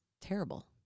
terrible